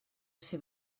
ser